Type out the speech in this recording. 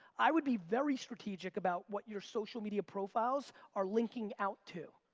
i would be very strategic about what your social media profiles are linking out to.